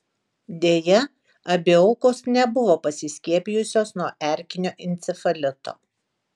deja abi aukos nebuvo pasiskiepijusios nuo erkinio encefalito